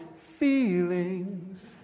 feelings